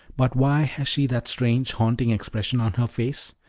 but why has she that strange, haunting expression on her face?